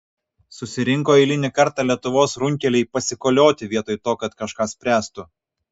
susirinko eilinį kartą lietuvos runkeliai pasikolioti vietoj to kad kažką spręstų